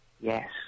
Yes